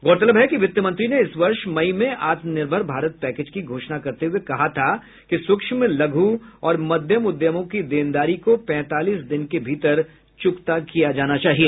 गौरतलब है कि वित्त मंत्री ने इस वर्ष मई में आत्मनर्भिर भारत पैकेज की घोषणा करते हुए कहा था कि सूक्ष्म लघु और मध्यम उद्यमों की देनदारी को पैंतालीस दिन के भीतर चूकता किया जाना चाहिए